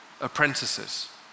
apprentices